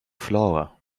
flora